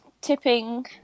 Tipping